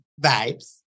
vibes